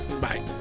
Bye